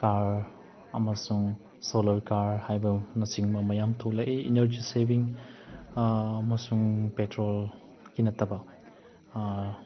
car ꯑꯃꯁꯨꯡ solar car ꯍꯥꯏꯕ ꯃꯁꯤꯒꯨꯝꯕ ꯃꯌꯥꯝ ꯊꯣꯛꯂꯛꯏ ꯏꯅꯔꯖꯤ ꯁꯦꯕꯤꯡ ꯑꯃꯁꯨꯡ ꯄꯦꯇ꯭ꯔꯣꯜꯒꯤ ꯅꯠꯇꯕ